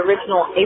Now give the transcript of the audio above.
original